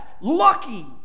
lucky